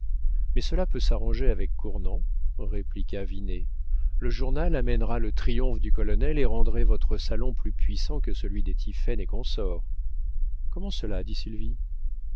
mais cela peut s'arranger avec cournant répliqua vinet le journal amènera le triomphe du colonel et rendrait votre salon plus puissant que celui des tiphaine et consorts comment cela dit